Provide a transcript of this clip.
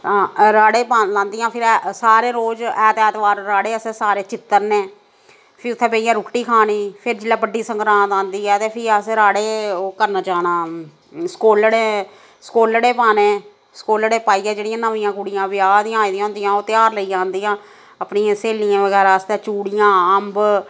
आं राह्ड़े पांऽ लांदियां फिर सारे रोज ऐत ऐतबारें राह्ड़े असें सारे चित्तरने फ्ही उ'त्थें बेहियै रुट्टी खानी फिर जेल्लै बड्डी सगरांद आंदी ऐ ते फ्ही अस राह्ड़े ओह् करन जाना सकोलड़े सकोलड़े पाने सकोलड़े पाइयै जेह्ड़ियां न'म्मियां कुड़ियां ब्याह् दी आई दियां होंदियां ओह् ध्यार लेइयै आंदियां अपनियां स्हेलियें बगैरा आस्तै चूड़ियां अम्ब